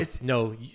no